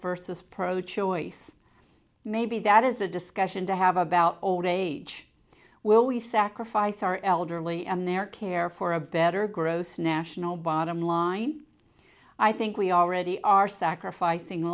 versus pro choice maybe that is a discussion to have about old age will we sacrifice our elderly and their care for a better gross national bottom line i think we already are sacrificing